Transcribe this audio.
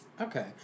Okay